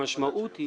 המשמעות היא